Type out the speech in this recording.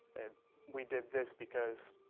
and we did this because,